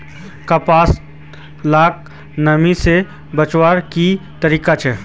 कपास लाक नमी से बचवार की तरीका छे?